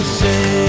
say